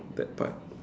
that part